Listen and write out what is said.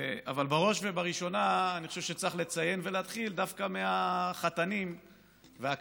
אבל בראש ובראשונה אני חושב שצריך לציין ולהתחיל דווקא מהחתנים והכלות,